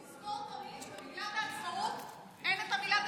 תזכור תמיד שבמגילת העצמאות אין המילה "דמוקרטית",